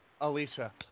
Alicia